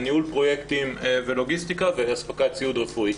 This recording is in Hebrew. ניהול פרויקטים ולוגיסטיקה ואספקת ציוד רפואי.